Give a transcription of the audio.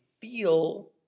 feel